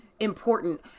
important